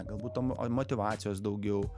galbūt to motyvacijos daugiau